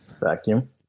Vacuum